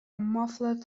muffled